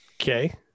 Okay